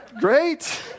Great